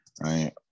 right